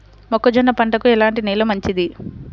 మొక్క జొన్న పంటకు ఎలాంటి నేల మంచిది?